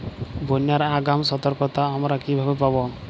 বন্যার আগাম সতর্কতা আমরা কিভাবে পাবো?